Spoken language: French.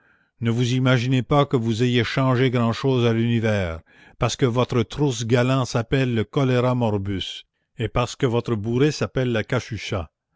ne vous imaginez pas que vous ayez changé grand'chose à l'univers parce que votre trousse galant s'appelle le choléra morbus et parce que votre bourrée s'appelle la